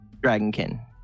dragonkin